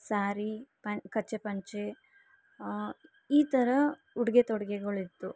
ಸಾರಿ ಪನ್ ಕಚ್ಚೆ ಪಂಚೆ ಈ ಥರ ಉಡುಗೆ ತೊಡುಗೆಗಳಿತ್ತು